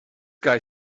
guy